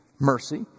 mercy